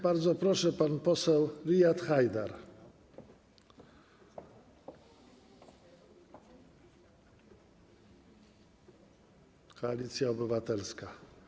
Bardzo proszę, pan poseł Riad Haidar, Koalicja Obywatelska.